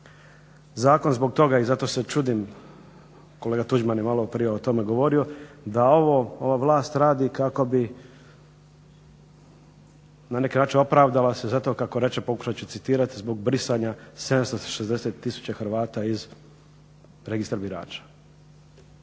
zakon zbog toga i zato se čudim, kolega Tuđman je maloprije o tome govorio, da ova vlast radi kako bi na neki način opravdala zato kako reče, pokušat ću citirati, zbog brisanja 760 000 Hrvata iz Registra birača.